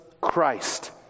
Christ